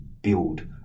build